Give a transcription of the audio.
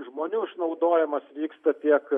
žmonių išnaudojimas vyksta tiek